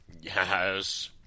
Yes